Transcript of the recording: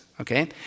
okay